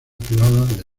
privada